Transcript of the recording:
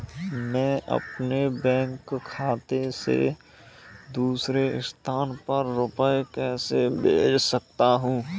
मैं अपने बैंक खाते से दूसरे स्थान पर रुपए कैसे भेज सकता हूँ?